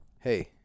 hey –